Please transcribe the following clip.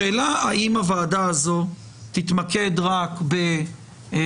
שאלה היא האם הוועדה הזו תתמקד רק בעדכון